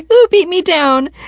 who beat me down?